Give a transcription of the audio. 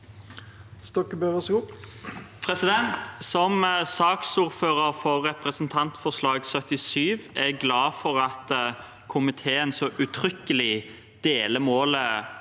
nr. 5): Som saksordfører for representantforslag 8:77 S er jeg glad for at komiteen så uttrykkelig deler målet